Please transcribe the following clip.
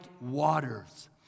waters